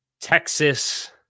Texas